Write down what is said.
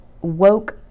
woke